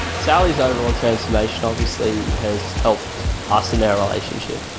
sally's overall transformation obviously has helped us in our relationship.